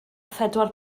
phedwar